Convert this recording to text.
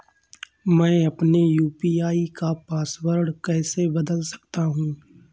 मैं अपने यू.पी.आई का पासवर्ड कैसे बदल सकता हूँ?